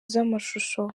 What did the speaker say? z’amashusho